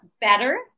better